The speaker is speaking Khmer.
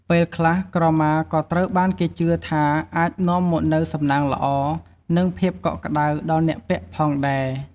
ពេលខ្លះ ក្រមាក៏ត្រូវបានគេជឿថាអាចនាំមកនូវសំណាងល្អ និងភាពកក់ក្ដៅដល់អ្នកពាក់ផងដែរ។